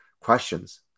questions